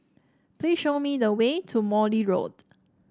please show me the way to Morley Road